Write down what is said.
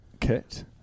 kit